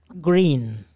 green